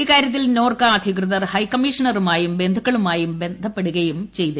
ഇക്കാര്യത്തിൽ നോർക്ക അധികൃതർ ഹൈക്കമ്മിഷണറുമായും ബന്ധുക്കളുമായും ബന്ധപ്പെടുകയും ചെയ്യയ്തു